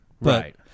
Right